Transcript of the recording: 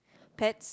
pets